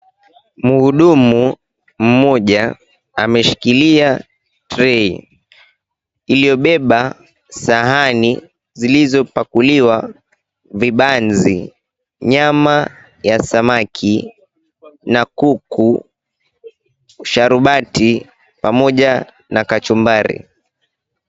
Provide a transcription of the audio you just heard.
Muhudumu mmoja ameshikilia trei ilio beba sahani ilo pakuliwa vibanzi, nyama ya samaki na kuku sharubati pamoja na kachumbari.